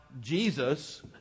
jesus